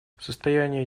состояние